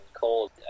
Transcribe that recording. cold